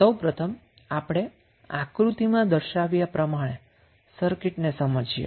સૌ પ્રથમ આપણે આક્રુતિમાં દર્શાવ્યા પ્રમાણે સર્કિટ ને સમજીએ